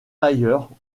ailleurs